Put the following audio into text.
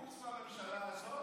חוץ מהממשלה הזאת,